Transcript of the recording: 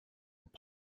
were